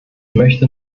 möchte